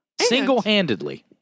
single-handedly